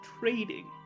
trading